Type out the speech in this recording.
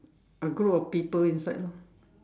a group of people inside lor